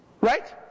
Right